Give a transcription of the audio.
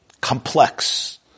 complex